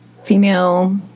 Female